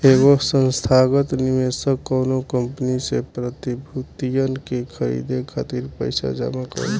एगो संस्थागत निवेशक कौनो कंपनी के प्रतिभूतियन के खरीदे खातिर पईसा जमा करेला